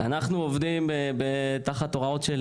אנחנו עובדים תחת הוראות של